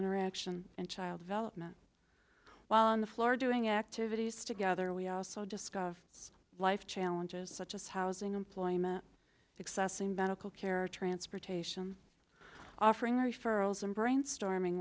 interaction and child development while on the floor doing activities together we also discuss life challenges such as housing employment accessing medical care transportation offering referrals and brainstorming